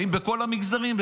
האם בכל המגזרים?